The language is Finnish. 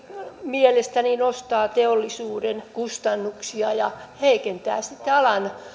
mielestäni nostaa teollisuuden kustannuksia ja heikentää sitä alan